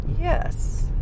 yes